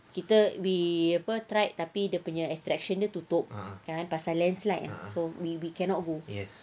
kita we apa tried tapi dia punya attraction tutup kan pasal land slide so we we cannot go